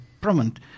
Prominent